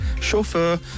chauffeur